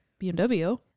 BMW